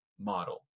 model